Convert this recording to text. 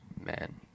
man